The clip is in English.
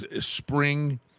spring